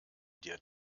dir